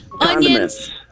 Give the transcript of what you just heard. onions